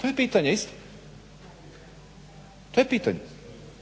To je pitanje isto. To je pitanje,